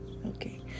Okay